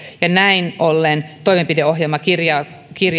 ja näin ollen toimenpideohjelmakirjaus